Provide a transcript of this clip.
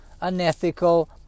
unethical